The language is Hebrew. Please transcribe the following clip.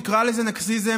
תקרא לזה נרקיסיזם,